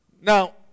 Now